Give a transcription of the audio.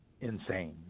insane